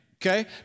okay